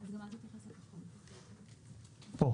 עכשיו (יג)